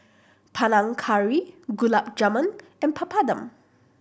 Panang Curry Gulab Jamun and Papadum